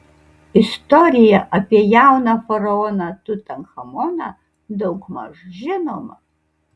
istorija apie jauną faraoną tutanchamoną daugmaž žinoma